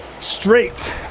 straight